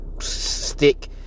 stick